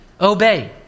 Obey